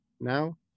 now